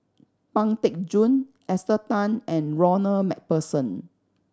Pang Teck Joon Esther Tan and Ronald Macpherson